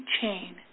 chain